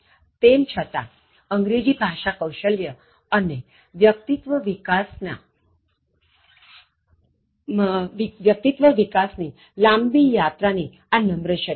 તેમ છતાં અંગ્રેજી ભાષા કૌશલ્ય અને વ્યક્તિત્વ વિકાસ ની લાંબી યાત્રા ની આ નમ્ર શરૂઆત છે